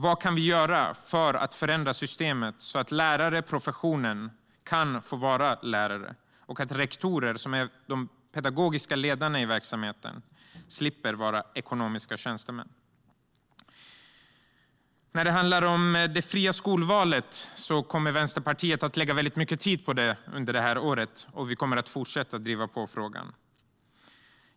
Vad kan vi göra för att förändra systemet så att lärarprofessionen kan få vara lärare och så att rektorer, som är de pedagogiska ledarna i verksamheten, slipper vara ekonomiska tjänstemän? Det fria skolvalet är något som Vänsterpartiet kommer att lägga mycket tid på under det här året. Vi kommer att fortsätta driva på i frågan.